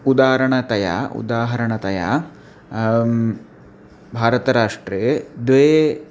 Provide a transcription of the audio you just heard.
उदाहारणतया उदाहरणतया भारतराष्ट्रे द्वे